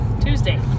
Tuesday